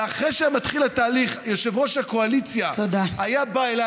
ואחרי שהיה מתחיל התהליך,